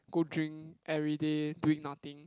go drink everyday doing nothing